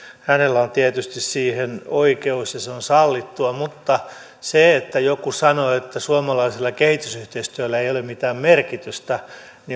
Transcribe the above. hänellä on tietysti siihen oikeus ja se on sallittua mutta se että joku sanoo että suomalaisella kehitysyhteistyöllä ei ei ole mitään merkitystä